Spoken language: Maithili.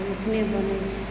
अपने बनय छै